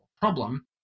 problem